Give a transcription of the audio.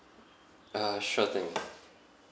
uh sure thing